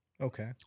Okay